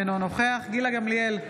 אינו נוכח גילה גמליאל,